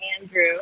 Andrew